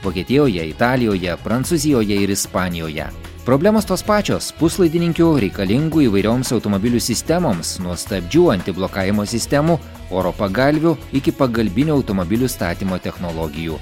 vokietijoje italijoje prancūzijoje ir ispanijoje problemos tos pačios puslaidininkių reikalingų įvairioms automobilių sistemoms nuo stabdžių antiblokavimo sistemų oro pagalvių iki pagalbinių automobilių statymo technologijų